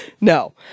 No